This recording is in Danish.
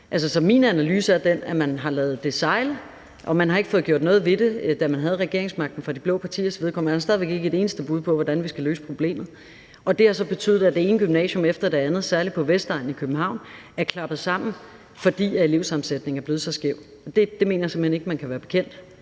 min analyse er den, at man har ladet det sejle, og at man har ikke fået gjort noget ved det fra de blå partiers side, da man havde regeringsmagten. Og man har stadig væk ikke et eneste bud på, hvordan vi skal løse problemet. Det har så betydet, at det ene gymnasium efter det andet, særlig på Vestegnen i København, er klappet sammen, fordi elevsammensætningen er blevet så skæv. Det mener jeg simpelt hen ikke man kan være bekendt,